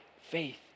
faith